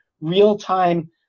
real-time